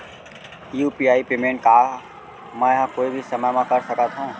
UPI payment का मैं ह कोई भी समय म कर सकत हो?